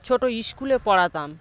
ছোটো স্কুলে পড়াতাম